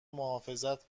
محافظت